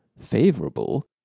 favorable